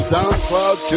SoundCloud